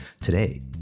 Today